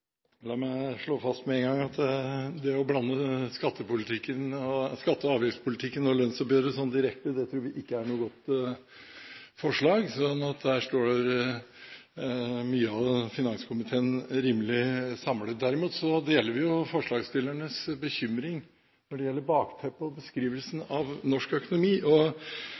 med en gang slå fast at det å blande skatte- og avgiftspolitikken og lønnsoppgjøret sånn direkte, tror vi ikke er noe godt forslag. Der står mange i finanskomiteen rimelig samlet. Derimot deler vi forslagsstillernes bekymring når det gjelder bakteppet og beskrivelsen av norsk økonomi.